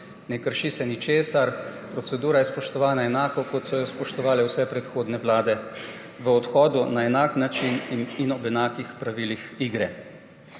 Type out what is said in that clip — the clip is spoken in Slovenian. Ne krši se ničesar, procedura je spoštovana enako, kot so jo spoštovale vse predhodne vlade v odhodu, na enak način in ob enakih pravilih igre.